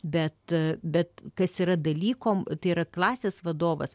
bet bet kas yra dalyko tai yra klasės vadovas